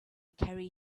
carry